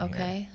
Okay